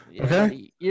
Okay